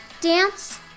dance